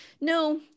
No